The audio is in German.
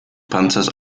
panzers